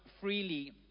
freely